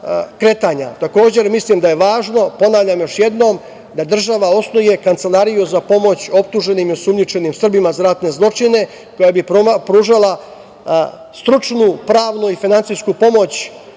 mislim da je važno, ponavljam još jednom, da država osnuje kancelariju za pomoć optuženima i osumnjičenim Srbima za ratne zločine koja bi pružala stručnu, pravnu i finansijsku pomoć